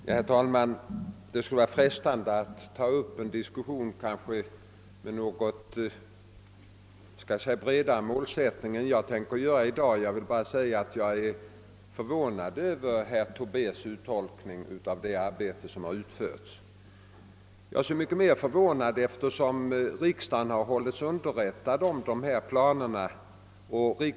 Herr talman! Det vore frestande att ta upp en diskussion med något bredare målsättning, men jag skall inte göra det i dag. Jag vill bara säga att jag är förvånad över herr Tobés uttolkning när det gäller det planeringsarbete som utförts. Och jag är så mycket mer förvånad som riksdagen hållits underrättad om planerna.